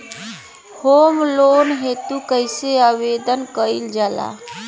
Home loan हेतु कइसे आवेदन कइल जाला?